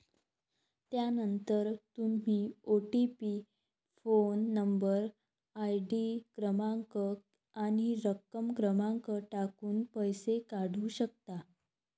त्यानंतर तुम्ही OTP phone number, ID क्रमांक आणि रक्कम क्रमांक टाकून पैसे काढू शकता